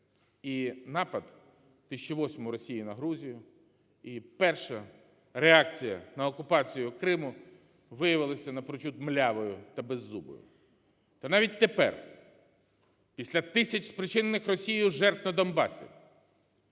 і напад у 2008 Росії на Грузію; і перша реакція на окупацію Криму виявилася напрочуд млявою та беззубою. Та навіть тепер після тисяч спричинених Росією жертв на Донбасі,